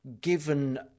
given